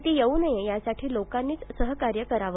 ती येऊ नये यासाठी लोकांनी सहकार्य करावं